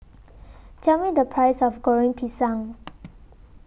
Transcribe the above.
Tell Me The Price of Goreng Pisang